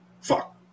Fuck